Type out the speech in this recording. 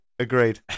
Agreed